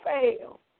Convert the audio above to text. fail